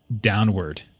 downward